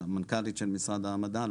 המנכ"לית של משרד המדע,